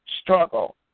struggle